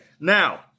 Now